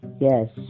Yes